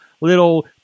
little